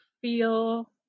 feel